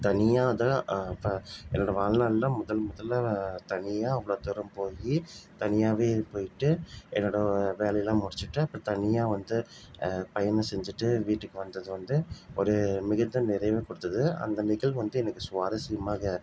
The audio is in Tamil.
தனியாக தான் என்னோட வாழ்நாள்ல முதல் முதலில் தனியாக அவ்வளோ தூரம் போய் தனியாகவே போய்ட்டு என்னோட வேலைலாம் முடிச்சுட்டு அப்புறம் தனியாக வந்து பயணம் செஞ்சுட்டு வீட்டுக்கு வந்தது வந்து ஒரு மிகுந்த நிறைவை கொடுத்துது அந்த நிகழ்வு வந்து எனக்கு சுவாரஸ்யமாக